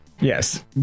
Yes